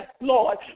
Lord